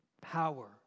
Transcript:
Power